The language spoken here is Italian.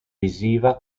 visiva